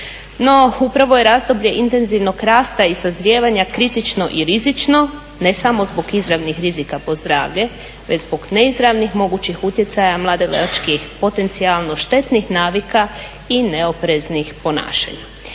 No, upravo je razdoblje intenzivnog rasta i sazrijevanja kritično i rizično ne samo zbog izravnih rizika po zdravlje, već zbog neizravnih mogućih utjecaja mladenačkih potencijalno štetnih navika i neopreznih ponašanja.